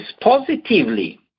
positively